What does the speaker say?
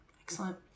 Excellent